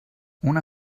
una